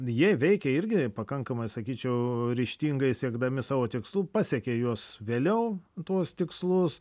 jie veikė irgi pakankamai sakyčiau ryžtingai siekdami savo tikslų pasiekė juos vėliau tuos tikslus